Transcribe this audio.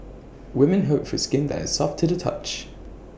women hope for skin that is soft to the touch